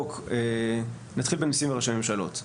נתחיל בנשיאים וראשי ממשלות.